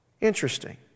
Interesting